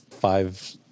five